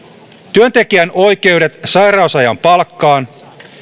työntekijän oikeudet sairausajan palkkaan